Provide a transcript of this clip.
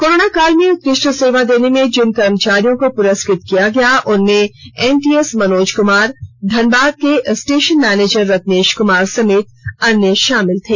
corona काल में उत्कृष्ट सेवा देने में जिन कर्मचारियों को पुरस्कृत किया गया उनमें एमटीएस मनोज कुमार धनबाद के स्टेशन मैनेजर रत्नेश कुमार समेत अन्य शामिल थे